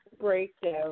breakdown